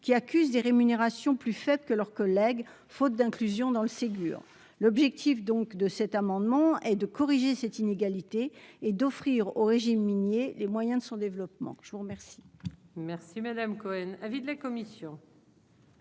qui accuse des rémunérations plus faibles que leurs collègues faute d'inclusion dans le Ségur l'objectif donc de cet amendement et de corriger cette inégalité et d'offrir au régime minier, les moyens de son développement, je vous remercie. Merci madame Cohen avis de la commission.